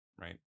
right